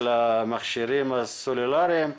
של המכשירים הסלולריים.